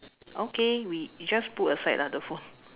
okay we just put aside lah the phone